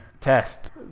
test